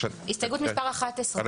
הסתייגות מספר 11,